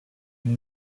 when